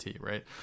right